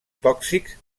tòxics